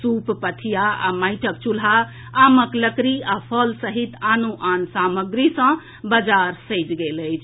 सूप पथिया आ मांटिक चूल्हा आमक लकड़ी आ फल सहित आनो आन सामग्री सँ बाजार सजि गेल अछि